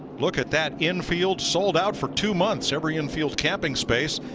look at that infield, sold out for two months, every infield catching space,